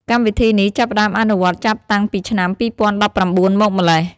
កម្មវិធីនេះចាប់ផ្តើមអនុវត្តចាប់តាំងពីឆ្នាំ២០១៩មកម្ល៉េះ។